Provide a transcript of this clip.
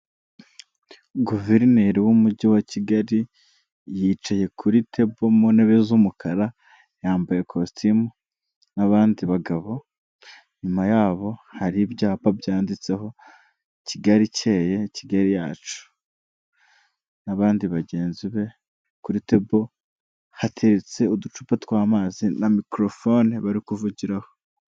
Guverineri w'umujyi wa Kigali yicaye kuri tebo mu ntebe z'umukara yambaye kositimu n'abandi bagabo, inyuma yaho hari ibyapa byanditseho Kigali keye Kigali yacu, n'abandi bagenzi be kuri tebo hateretse uducupa tw'amazi na mikorofone bari kuvugiraho.